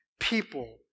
people